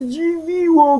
zdziwiło